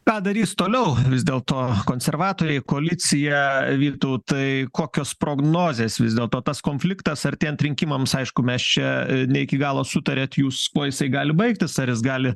ką darys toliau vis dėlto konservatoriai koalicija vytautai kokios prognozės vis dėlto tas konfliktas artėjant rinkimams aišku mes čia ne iki galo sutariate jūs kuo jisai gali baigtis ar jis gali